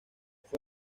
fue